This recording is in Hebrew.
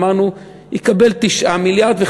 אמרנו שיקבל 9 מיליארד,